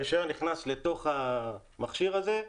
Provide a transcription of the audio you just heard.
הרישיון נכנס לתוך המכשיר הזה,